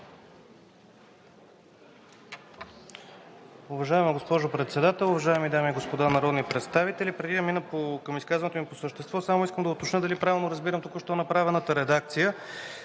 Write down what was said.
Уважаема госпожо Председател, уважаеми дами и господа народни представители! Преди да мина към изказването ми по същество, само искам да уточня дали правилно разбирам току-що направената редакция,